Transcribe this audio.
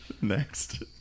Next